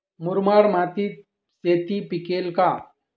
मुरमाड मातीत शेती पिकेल का?